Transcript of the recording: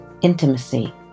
intimacy